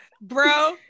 Bro